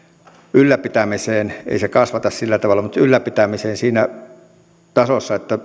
ylläpitämiseen ei se kasvata sillä tavalla mutta ylläpitämiseen siinä tasossa että